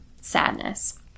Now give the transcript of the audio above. sadness